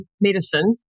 medicine